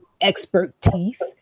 expertise